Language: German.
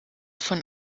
von